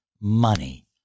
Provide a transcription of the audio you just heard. Money